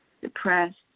depressed